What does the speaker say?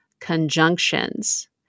conjunctions